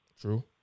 True